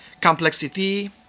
complexity